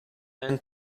then